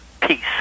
peace